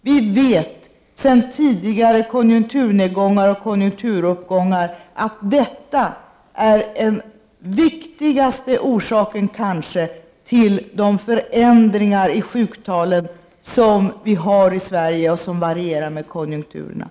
Vi vet sedan tidigare konjunkturnedgångar och konjunkturuppgångar att detta är den kanske viktigaste orsaken till förändringarna vad gäller sjuktalen och att detta också varierar med konjunkturerna.